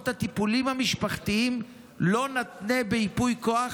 את הטיפולים המשפחתיים לפחות לא נתנה בייפוי כוח,